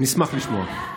נשמח לשמוע.